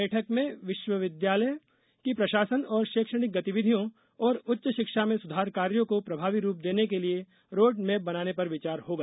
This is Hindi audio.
बैठक में विश्वविद्यालयों की प्रशासन और शैक्षणिक गतिविधियों और उच्च शिक्षा में सुधार कार्यों को प्रभावी रूप देने के लिए रोड मैप बनाने पर विचार होगा